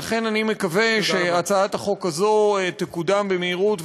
לכן אני מקווה שהצעת החוק הזו תקודם במהירות,